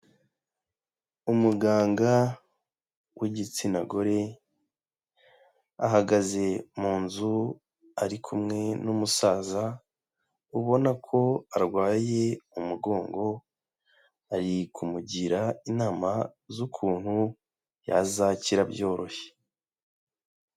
Umuganga w'igitsina gore ahagaze mu nzu ari kumwe n'umusaza ubona ko arwaye umugongo, ari kumugira inama z'ukuntu yazakira byoroshye.